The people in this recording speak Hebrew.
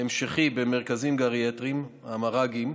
המשכי במרכזים גריאטריים, המר"גים,